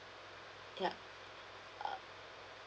ya uh